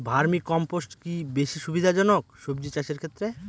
Vermi compost কি বেশী সুবিধা জনক সবজি চাষের ক্ষেত্রে?